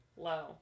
low